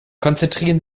konzentrieren